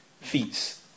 feats